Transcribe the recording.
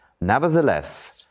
Nevertheless